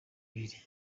bibiri